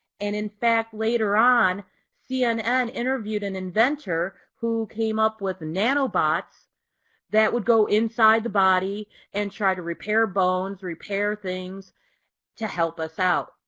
and in fact later on cnn interviewed an inventor who came up with nanobots that would go inside the body and try to repair bones or repair things to help us out.